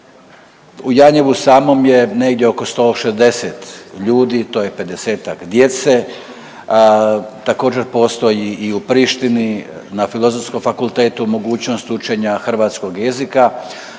U Janjevu samom je negdje oko 160 ljudi. To je pedesetak djece. Također postoji i u Prištini na Filozofskom fakultetu mogućnost učenja hrvatskog jezika.